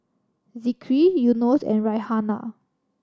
Zikri Yunos and Raihana